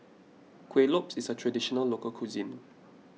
Kuih Lopes is a Traditional Local Cuisine